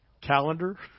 calendar